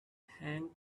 hang